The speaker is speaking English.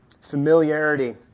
familiarity